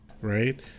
right